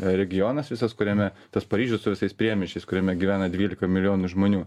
regionas visas kuriame tas paryžius su visais priemiesčiais kuriame gyvena dvylika milijonų žmonių